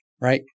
right